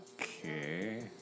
Okay